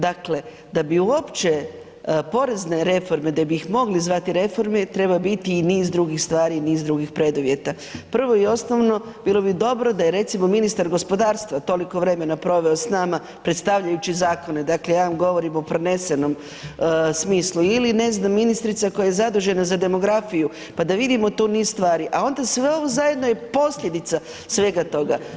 Dakle, da bi uopće porezne reforme, da bi ih mogli zvati reforme, treba bit i niz drugih stvari i niz drugih preduvjeta, prvo i osnovno bilo bi dobro da je recimo ministar gospodarstva toliko vremena proveo s nama predstavljajući zakone, dakle ja vam govorim u prenesenom smislu ili ne znam, ministrica koja je zadužena za demografiju, pa da vidimo tu niz stvari, a onda sve ovo zajedno je posljedica svega toga.